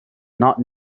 not